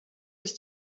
ist